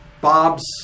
Bob's